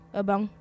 abang